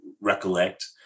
recollect